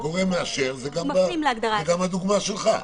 וגורם מאשר זה גם הדוגמה שלך.